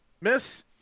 miss